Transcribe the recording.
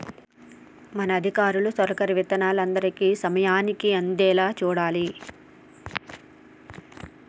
మన అధికారులు తొలకరి విత్తనాలు అందరికీ సమయానికి అందేలా చూడాలి